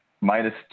minus